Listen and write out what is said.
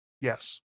yes